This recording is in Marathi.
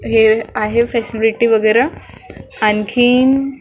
हे आहे फॅसिरिटी वगैरे आणखी